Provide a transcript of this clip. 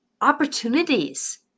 opportunities